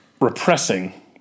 repressing